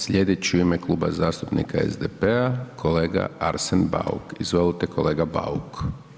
Slijedeći u ime Kluba zastupnika SDP-a kolega Arsen Bauk, izvolite kolega Bauk.